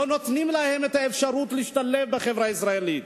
לא נותנים להם את האפשרות להשתלב בחברה הישראלית.